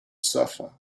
suffer